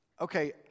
Okay